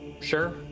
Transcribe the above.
sure